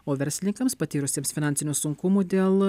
o verslininkams patyrusiems finansinių sunkumų dėl